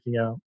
out